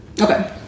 okay